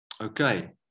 Okay